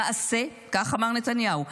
למעשה" כך אמר נתניהו,